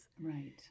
Right